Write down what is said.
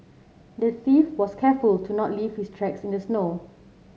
the thief was careful to not leave his tracks in the snow